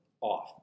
off